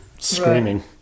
Screaming